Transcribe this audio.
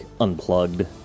unplugged